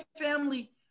family